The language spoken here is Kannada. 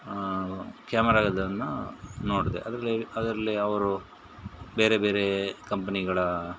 ಕ್ಯಾಮರಾವನ್ನ ನೋಡಿದೆ ಅದರಲ್ಲಿ ಅದ್ರಲ್ಲಿ ಅವರು ಬೇರೆ ಬೇರೆ ಕಂಪ್ನಿಗಳ